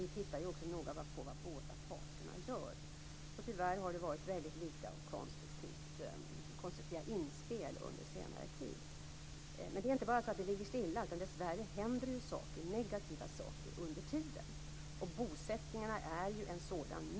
Vi tittar noga på vad båda parterna gör. Tyvärr har det varit litet av konstruktiva inspel under senare tid. Men det är inte bara så att allt ligger stilla. Dessvärre händer negativa saker under tiden. Bosättningarna är en negativ faktor.